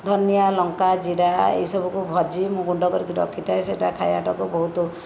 ଧନିଆ ଲଙ୍କା ଜିରା ଏସବୁକୁ ଭାଜି ମୁଁ ଗୁଣ୍ଡ କରିକି ରଖିଥାଏ ସେଇଟା ଖାଇବାଟାକୁ ବହୁତ